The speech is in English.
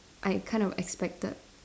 I kind of expected